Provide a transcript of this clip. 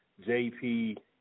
JP